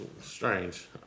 strange